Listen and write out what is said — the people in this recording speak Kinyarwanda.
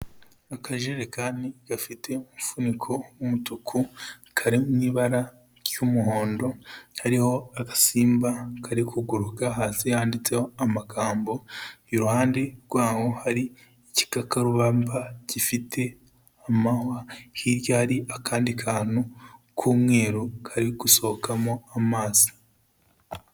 Akajerekani gafite umufuniko w'umutuku, kari mu ibara ry'umuhondo, kariho agasimba kari kuguruka, hasi handitseho amagambo, iruhande rwaho hari ikikakarubamba gifite amahwa, hirya hari akandi kantu k'umweru kari gusohokamo amazi.